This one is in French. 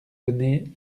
donné